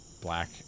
black